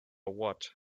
what